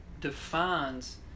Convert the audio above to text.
defines